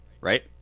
Right